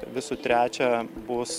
visų trečia bus